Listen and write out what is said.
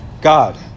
God